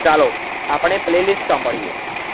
ચાલો આપણે playlist સાંભળીએ